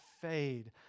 fade